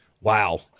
Wow